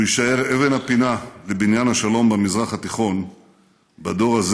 הוא יישאר אבן הפינה לבניין השלום במזרח התיכון בדור הזה